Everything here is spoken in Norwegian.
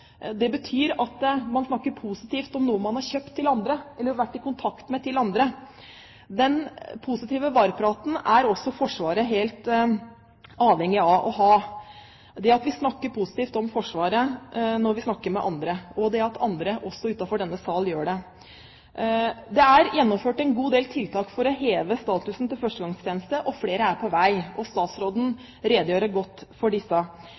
Det betyr at man snakker positivt til noen man har vært i kontakt med, om noe man har kjøpt. Den positive varepraten er også Forsvaret helt avhengig av å ha, det at vi snakker positivt om Forsvaret når vi snakker med andre, og det at andre også utenfor denne sal gjør det. Det er gjennomført en god del tiltak for å heve statusen til førstegangstjenesten, og flere er på vei, og statsråden redegjorde godt for disse.